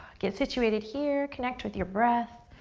get situated here. connect with your breath.